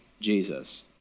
Jesus